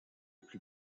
plus